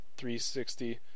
360